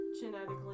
Genetically